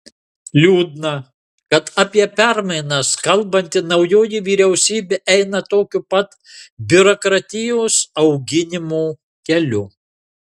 liūdna kad apie permainas kalbanti naujoji vyriausybė eina tokiu pat biurokratijos auginimo keliu